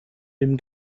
dem